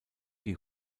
die